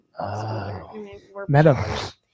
metaverse